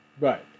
Right